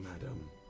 madam